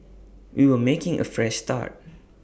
we were making A Fresh Start